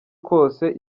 kose